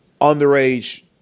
underage